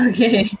Okay